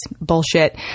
bullshit